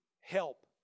help